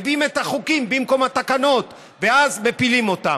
מביאים את החוקים במקום התקנות, ואז מפילים אותם.